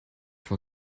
for